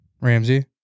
Ramsey